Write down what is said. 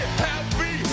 happy